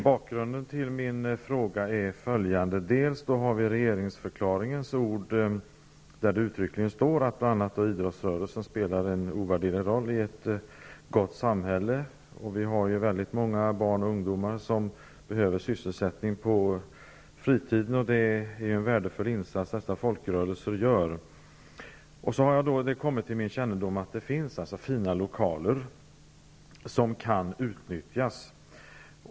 Bakgrunden till min fråga är dels att vi har regeringsförklaringens ord som uttryckligen säger att bl.a. idrottsrörelsen spelar en ovärderlig roll i ett gott samhälle -- vi har många barn och ungdomar som behöver sysselsättning på fritiden och det är en värdefull insats som dessa folkrörelser gör --, dels att det har kommit till min kännedom att det finns fina lokaler vilka kan utnyttjas.